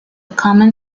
common